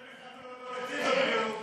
וכשאתם לא מעבירים תקציב זה,